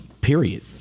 period